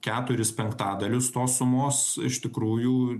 keturis penktadalius tos sumos iš tikrųjų